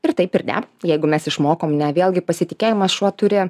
ir taip ir ne jeigu mes išmokom ne vėlgi pasitikėjimą šuo turi